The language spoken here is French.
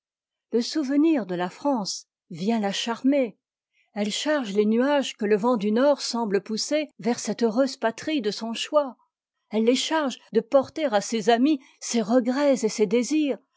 le souvenir de la france vient la charmer elle charge les nuages que ie vent du nord semble pousser vers cette heureuse patrie de son choix elle les charge de porter à ses amis ses regrets et ses désirs